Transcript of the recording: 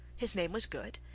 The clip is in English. his name was good,